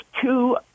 two